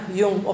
yung